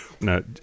no